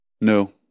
No